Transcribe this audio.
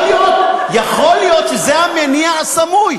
יכול להיות שזה המניע הסמוי.